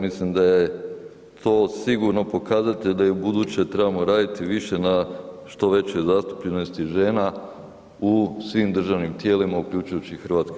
Mislim da je to sigurno pokazatelj da i u buduće trebamo raditi više na što većoj zastupljenosti žena u svim državnim tijelima, uključujući i HS.